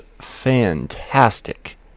fantastic